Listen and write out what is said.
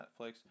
Netflix